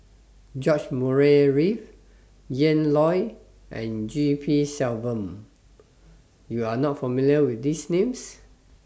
George Murray Reith Ian Loy and G P Selvam YOU Are not familiar with These Names